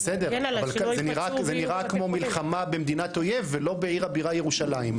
זה נראה כמו מלחמה במדינת אויב ולא בעיר הבירה ירושלים.